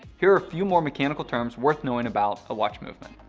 here are a few more mechanical terms worth knowing about a watch movement.